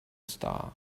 star